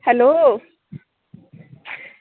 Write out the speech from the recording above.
hello